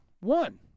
One